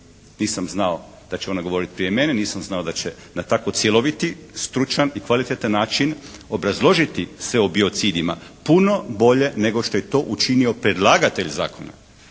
Nisam znao da će ona govoriti prije mene. Nisam znao da će na tako cjeloviti, stručan i kvalitetan način obrazložiti sve o biocidima. Puno bolje nego što je to učinio predlagatelj zakona.